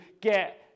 get